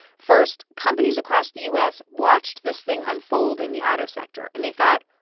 first, companies across the u s. watched this thing unfold in the auto sector. and they thought,